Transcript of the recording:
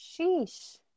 Sheesh